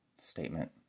statement